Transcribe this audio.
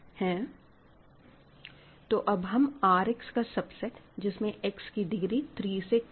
तो अब हम R X का सबसेट जिसमें X की डिग्री 3 से कम है लेते हैं